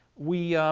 we